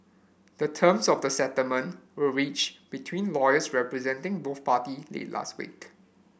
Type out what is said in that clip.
the terms of the settlement were reached between lawyers representing both party late last week